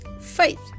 faith